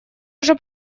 уже